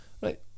right